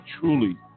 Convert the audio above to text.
truly